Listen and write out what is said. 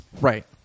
Right